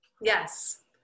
yes